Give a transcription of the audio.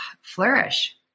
flourish